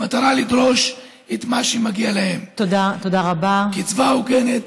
במטרה לדרוש את מה שמגיע להם: קצבה הוגנת,